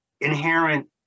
inherent